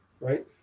right